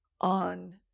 on